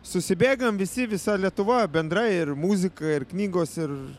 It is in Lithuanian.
susibėgam visi visa lietuva bendra ir muzika ir knygos ir